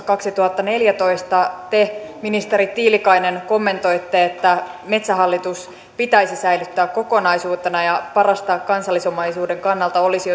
kaksituhattaneljätoista te ministeri tiilikainen kommentoitte että metsähallitus pitäisi säilyttää kokonaisuutena ja parasta kansallisomaisuuden kannalta olisi